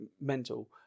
mental